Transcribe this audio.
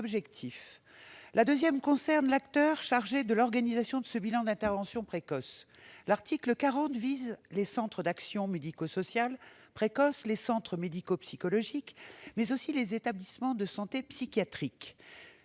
la détermination de l'acteur chargé de l'organisation de ce bilan d'intervention précoce, ensuite, l'article 40 vise les centres d'action médico-sociale précoce, les centres médico-psychologiques, mais aussi les établissements de santé psychiatrique.